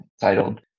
titled